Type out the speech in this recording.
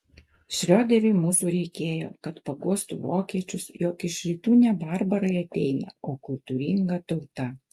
šrioderiui mūsų reikėjo kad paguostų vokiečius jog iš rytų ne barbarai ateina o kultūringa tauta